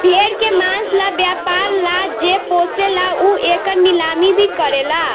भेड़ के मांस ला व्यापर ला जे पोसेला उ एकर नीलामी भी करेला